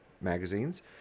magazines